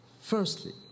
Firstly